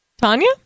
Tanya